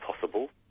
possible